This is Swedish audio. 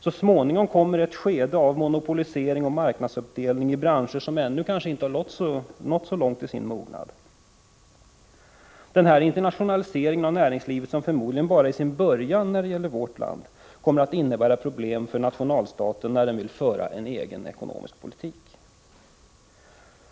Så småningom kommer också skeden av monopolisering och marknadsuppdelning i branscher som ännu kanske inte nått så långt i sin mognad. Denna internationalisering av näringslivet — som förmodligen bara är i sin början i vårt land — kommer att innebära problem för nationalstaten när den vill föra en egen ekonomisk politik.